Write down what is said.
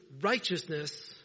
righteousness